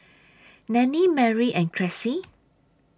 Nannie Mary and Cressie